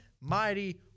mighty